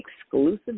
Exclusive